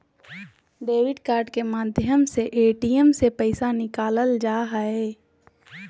debit card के माध्यम से ए.टी.एम से पैसा निकालल जा हय